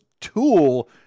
tool